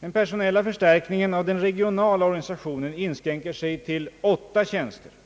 Den personella förstärkningen av den regionala organisationen inskränker sig till 8 tjänster enligt propositionen.